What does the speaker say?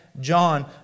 John